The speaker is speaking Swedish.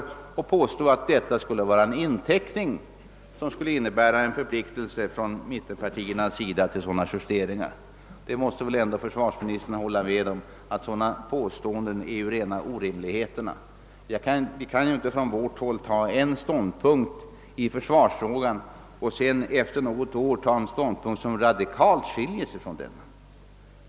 Försvarsministern påstod att detta skulle innebära en förpliktelse från mittenpartierna att göra sådana justeringar. Sådana påståenden är rena orimligheterna! Vi kan inte från vårt håll vid en viss tidpunkt ta en ståndpunkt i försvarsfrågan och efter något år ta en annan ståndpunkt som diametralt skiljer sig från denna.